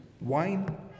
wine